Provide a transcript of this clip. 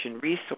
Resource